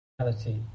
reality